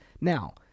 Now